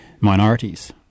minorities